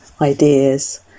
ideas